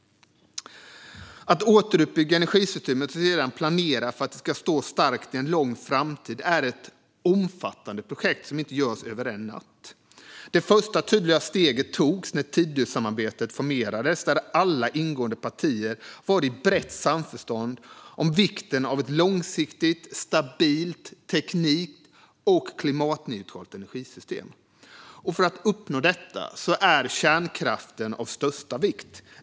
Att återuppbygga energisystemet och sedan planera för att det ska stå starkt i en lång framtid är ett omfattande projekt som inte görs över en natt. Det första tydliga steget togs när Tidösamarbetet formerades, där alla ingående partier var i brett samförstånd om vikten av ett långsiktigt, stabilt och teknik och klimatneutralt energisystem. För att uppnå detta är kärnkraften av största vikt.